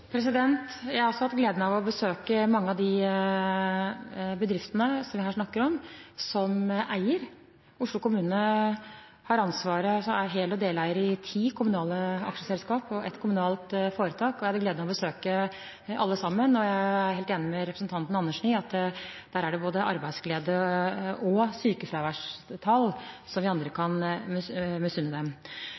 Jeg har også hatt gleden av å besøke mange av de bedriftene som vi her snakker om, som eier. Oslo kommune er hel- eller deleier i ti kommunale aksjeselskaper og i et kommunalt foretak. Jeg hadde gleden av å besøke alle, og jeg er helt enig med representanten Andersen i at der er det både arbeidsglede og sykefraværstall som vi andre kan misunne dem. I forsøkene som vi